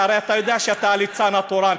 הרי אתה יודע שאתה הליצן התורן,